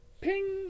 Ping